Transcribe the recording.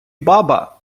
баба